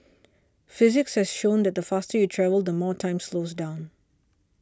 physics has shown that the faster you travel the more time slows down